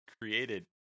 created